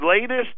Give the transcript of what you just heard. latest